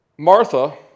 Martha